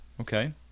Okay